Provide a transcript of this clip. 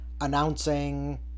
announcing